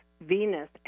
Venus